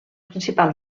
principal